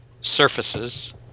surfaces